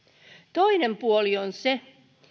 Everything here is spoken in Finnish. toinen puoli on se